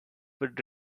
would